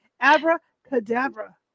Abracadabra